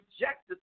rejected